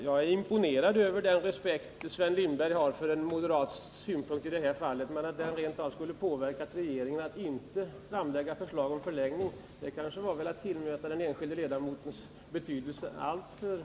Jag är imponerad över den respekt Sven Lindberg har för en moderats synpunkt det här fallet, men att den rent av skulle påverka regeringen till att inte lägga fram förslag om förlängning är väl att tillmäta den enskilde ledamoten alltför stor betydelse.